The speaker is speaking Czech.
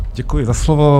Děkuji za slovo.